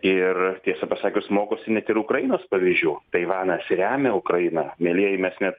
ir tiesą pasakius mokosi net ir ukrainos pavyzdžių taivanas remia ukrainą mielieji mes net